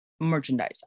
merchandise